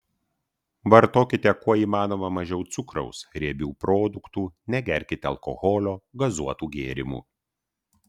vartokite kuo įmanoma mažiau cukraus riebių produktų negerkite alkoholio gazuotų gėrimų